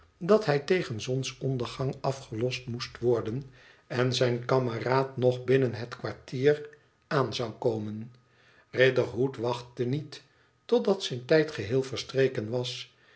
dat hij tegen zonsondergang afgelost moest worden en zijn kameraad nog binnen het kwartier aan zou komen riderhood wachtte niet totdat zijn tijd geheel verstreken was